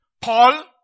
Paul